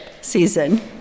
season